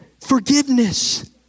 Forgiveness